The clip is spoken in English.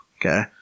Okay